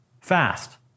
fast